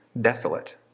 desolate